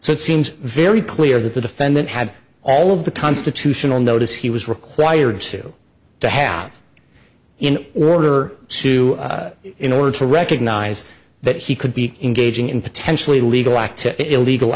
so it seems very clear that the defendant had all of the constitutional notice he was required to to have in order to in order to recognize that he could be engaging in potentially illegal act to illegal